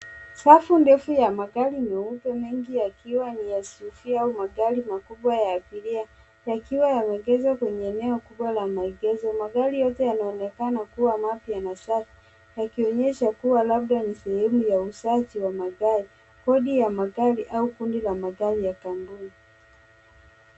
Safu ndefu ya magari meupe mengi yakiwa ni SUV au magari makubwa ya abiria yakiwa yameegeshwa kwenye eneo kubwa ya maegesho. Magari yote yanaonekana kuwa mapya na safi yakionyesha kuwa labda ni sehemu ya uuzaji wa magari, board ya magari au kundi ya magari ya kampuni.